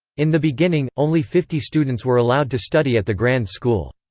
in the beginning, only fifty students were allowed to study at the grand school.